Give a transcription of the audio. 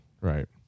Right